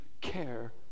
care